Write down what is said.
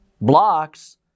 blocks